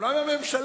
אבל מה עם הממשלה?